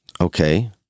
Okay